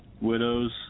widows